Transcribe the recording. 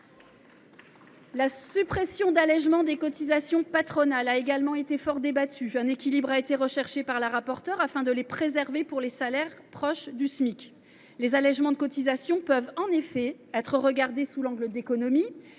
La suppression d’allégements des cotisations patronales a également été fort débattue. Un équilibre a été recherché par la rapporteure générale, afin de les préserver pour les salaires proches du Smic. Les allégements de cotisations peuvent en effet être regardés sous l’angle des économies,